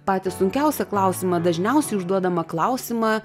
patį sunkiausią klausimą dažniausiai užduodamą klausimą